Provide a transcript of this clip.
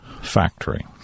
Factory